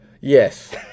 Yes